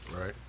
Right